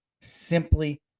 simply